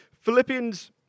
Philippians